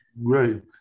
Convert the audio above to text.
Right